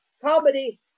comedy